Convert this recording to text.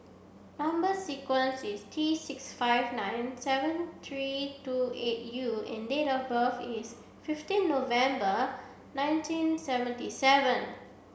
number sequence is T six five nine seven three two eight U and date of birth is fifteen November nineteen seventy seven